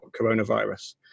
coronavirus